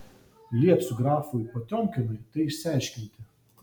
liepsiu grafui potiomkinui tai išsiaiškinti